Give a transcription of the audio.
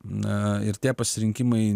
na ir tie pasirinkimai